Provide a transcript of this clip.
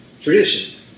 tradition